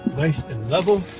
nice and level.